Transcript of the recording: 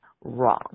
Wrong